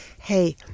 hey